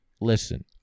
listen